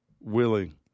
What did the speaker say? willing